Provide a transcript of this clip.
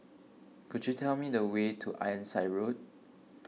could you tell me the way to Ironside Road